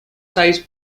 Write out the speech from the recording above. size